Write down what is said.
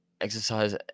exercise